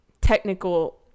technical